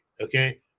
okay